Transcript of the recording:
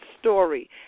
story